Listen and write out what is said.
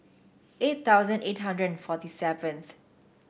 eight thousand eight hundred and forty seventh